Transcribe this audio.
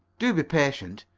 do be patient.